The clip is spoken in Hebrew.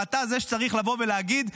ואתה זה שצריך לבוא ולהגיד: